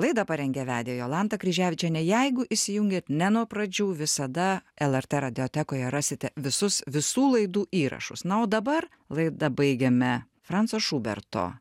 laidą parengė vedė jolanta kryževičienė jeigu įsijungėt ne nuo pradžių visada lrt radiotekoje rasite visus visų laidų įrašus na o dabar laidą baigiame franco šuberto